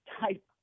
type